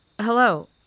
Hello